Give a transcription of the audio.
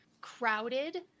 crowded